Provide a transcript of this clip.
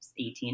18